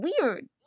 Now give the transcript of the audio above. weird